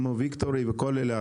כמו "ויקטורי" וכל אלה,